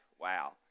Wow